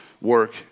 work